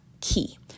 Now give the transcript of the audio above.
key